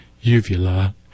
uvula